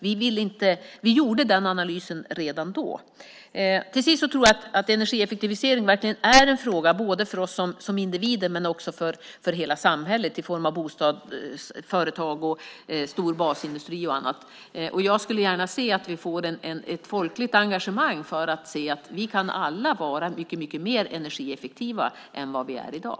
Vi gjorde den analysen redan då. Slutligen vill jag säga att jag tror att energieffektivisering verkligen är en fråga både för oss som individer och för hela samhället i form av bostadsföretag, stor basindustri och annat. Jag skulle gärna se att vi fick ett folkligt engagemang för att inse att vi alla kan vara mycket mer energieffektiva än vi är i dag.